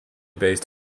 based